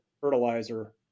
fertilizer